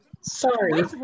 Sorry